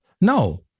No